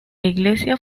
iglesia